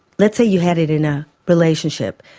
let's say you had it in a relationship,